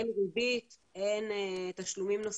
אין ריבית, אין תשלומים נוספים.